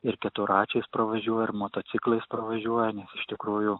ir keturračiais pravažiuoja ir motociklais pravažiuoja nes iš tikrųjų